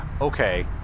okay